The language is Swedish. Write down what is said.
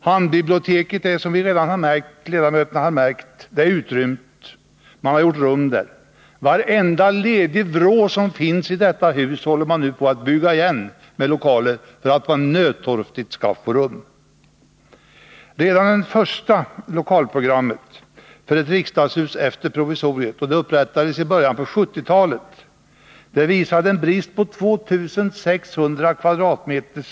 Handbiblioteket är, som ledamöterna har märkt, utrymt; man har gjort rum där. I varenda ledig vrå i detta hus håller man nu på att bygga lokaler för att man nödtorftigt skall få rum. Redan det första lokalprogrammet för ett riksdagshus efter provisoriet — ett program som upprättades i början av 1970-talet — visade en brist på 2 600 m?